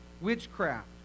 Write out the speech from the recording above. witchcraft